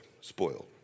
spoiled